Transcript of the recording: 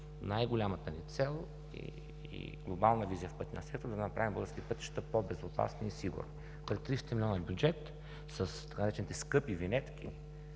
най-голямата ни цел и глобална визия в пътния сектор е да направим българските пътища по-безопасни и сигурни. При 300-милионен бюджет, с така наречените „скъпи винетки”,